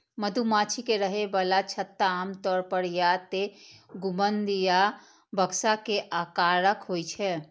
मधुमाछी के रहै बला छत्ता आमतौर पर या तें गुंबद या बक्सा के आकारक होइ छै